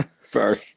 Sorry